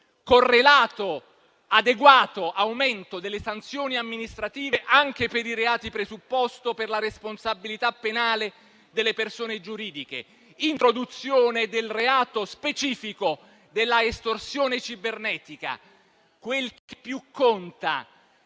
vi è l'adeguato aumento delle sanzioni amministrative, anche per i reati presupposto per la responsabilità penale delle persone giuridiche. Cito inoltre l'introduzione del reato specifico della estorsione cibernetica. Poi quel che più conta: